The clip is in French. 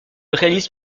réalise